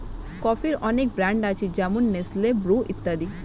কফির অনেক ব্র্যান্ড আছে যেমন নেসলে, ব্রু ইত্যাদি